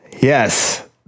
Yes